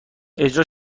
اجرا